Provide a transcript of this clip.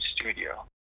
studio